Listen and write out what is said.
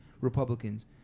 Republicans